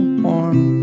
warm